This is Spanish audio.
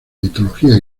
mitología